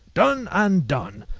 done! and done!